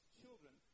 children